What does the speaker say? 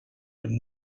would